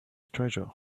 treasure